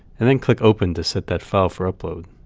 and then click open to set that file for upload.